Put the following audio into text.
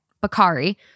Bakari